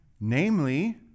Namely